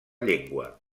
llengua